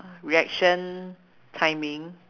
reaction timing